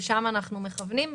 לשם אנחנו מכוונים,